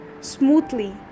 smoothly